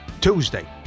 Tuesday